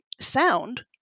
sound